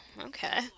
Okay